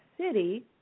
city